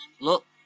Look